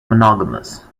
monogamous